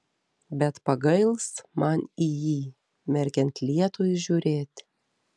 bet pagails man į jį merkiant lietui žiūrėti